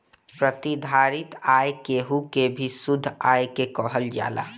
प्रतिधारित आय केहू के भी शुद्ध आय के कहल जाला